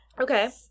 Okay